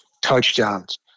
touchdowns